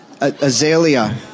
Azalea